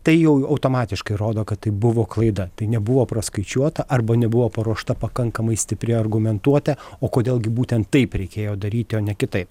tai jau automatiškai rodo kad tai buvo klaida tai nebuvo praskaičiuota arba nebuvo paruošta pakankamai stipri argumentuotė o kodėl gi būtent taip reikėjo daryti o ne kitaip